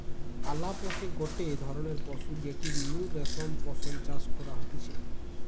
আলাপকে গটে ধরণের পশু যেটির নু রেশম পশম চাষ করা হতিছে